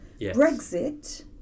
Brexit